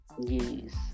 Yes